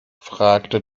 fragte